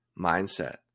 mindset